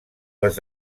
les